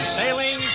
sailing